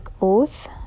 oath